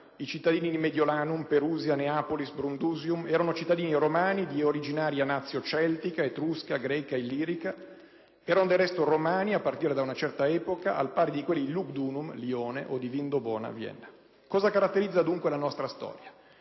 i cittadini di *Mediolanum*, *Perusia*, *Neapolis*, *Brundusium* erano cittadini romani di originaria *natio* celtica, etrusca, greca, illirica; erano del resto romani, almeno a partire da una certa epoca, al pari di quelli di *Lugdunum* (Lione) o di *Vindobona* (Vienna). Cosa caratterizza dunque la nostra storia?